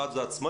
אחד זה עצמאי,